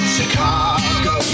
Chicago